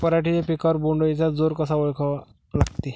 पराटीच्या पिकावर बोण्ड अळीचा जोर कसा ओळखा लागते?